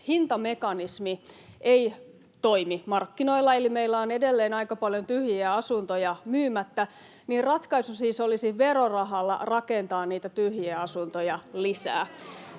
hintamekanismi ei toimi markkinoilla, eli meillä on edelleen aika paljon tyhjiä asuntoja myymättä, ratkaisu siis olisi verorahalla rakentaa niitä tyhjiä asuntoja lisää.